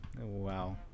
Wow